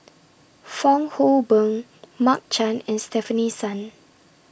Fong Hoe Beng Mark Chan and Stefanie Sun